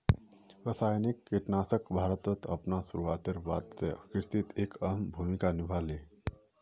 रासायनिक कीटनाशक भारतोत अपना शुरुआतेर बाद से कृषित एक अहम भूमिका निभा हा